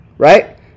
Right